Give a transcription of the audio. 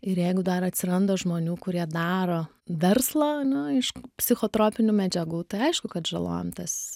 ir jeigu dar atsiranda žmonių kurie daro verslą nu iš psichotropinių medžiagų tai aišku kad žalojam tas